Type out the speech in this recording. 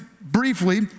briefly